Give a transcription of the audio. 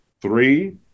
Three